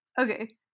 Okay